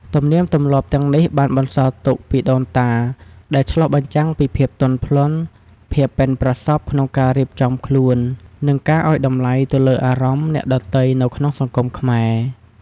ទំនៀមទម្លាប់ទាំងនេះបានបន្សល់ទុកពីដូនតា ដែលឆ្លុះបញ្ចាំងពីភាពទន់ភ្លន់ ភាពប៉ិនប្រសប់ក្នុងការរៀបចំខ្លួន និងការឲ្យតម្លៃទៅលើអារម្មណ៍អ្នកដទៃនៅក្នុងសង្គមខ្មែរ។